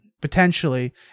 potentially